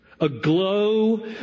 aglow